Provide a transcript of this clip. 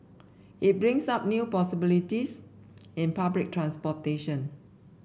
it brings up new possibilities in public transportation